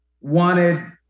wanted